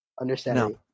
understanding